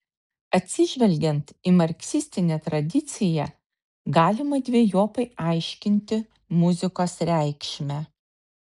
atsižvelgiant į marksistinę tradiciją galima dvejopai aiškinti muzikos reikšmę